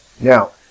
Now